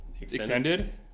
extended